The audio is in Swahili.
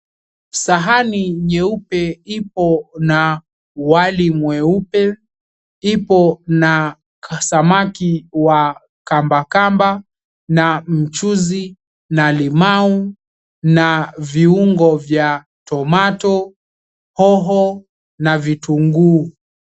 Sahani nyeupe ipo na wali mweupe, ipo na kasamaki wa kamba kamba na mchuzi na limau na viungo vya tomato ,hoho na vitunguu.